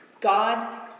God